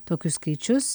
tokius skaičius